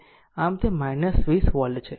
આમ તે 20 વોલ્ટ છે જે v2 છે